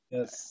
Yes